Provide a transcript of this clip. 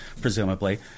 presumably